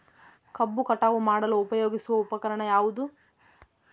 ಕಬ್ಬು ಕಟಾವು ಮಾಡಲು ಉಪಯೋಗಿಸುವ ಉಪಕರಣ ಯಾವುದು?